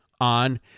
on